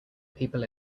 people